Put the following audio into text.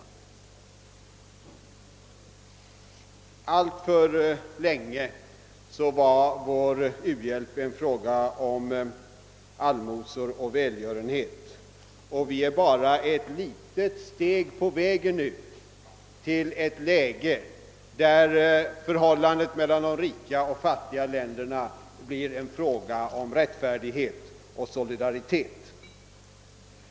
Alltför länge var vår u-hjälp en fråga om allmosor och välgörenhet, och vi är bara en liten bit på vägen till ett läge där förhållandet mellan de rika och de fattiga länderna baseras på rättfärdighet och solidaritet.